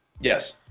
Yes